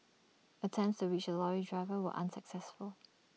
attempts to reach the lorry driver were unsuccessful